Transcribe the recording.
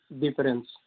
difference